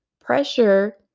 pressure